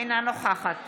אינה נוכחת